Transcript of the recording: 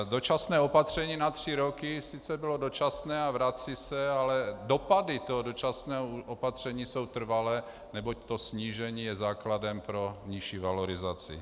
Dočasné opatření na tři roky sice bylo dočasné a vrací se, ale dopady toho dočasného opatření jsou trvalé, neboť to snížení je základem pro nižší valorizaci.